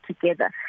together